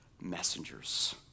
messengers